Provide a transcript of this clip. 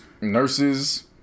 nurses